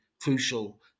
crucial